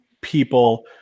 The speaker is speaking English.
people